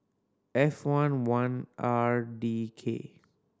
F four one R D K